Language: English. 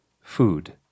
food